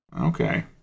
Okay